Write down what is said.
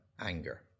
Anger